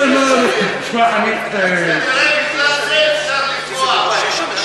כנראה בגלל זה אפשר לפגוע בהם.